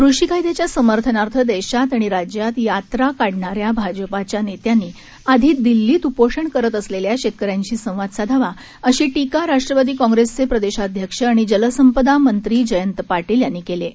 कृषी कायद्याच्या समर्थनार्थ देशात आणि राज्यात यात्रा काढणाऱ्या भाजपाच्या नेत्यांनी आधी दिल्लीत उपोषण करत असलेल्या शेतकऱ्यांशी संवाद साधावा अशी टीका राष्ट्रवादी काँप्रेसचे प्रदेशाध्यक्ष आणि जलसंपदा मंत्री जयंत पाटील यांनी केली आहे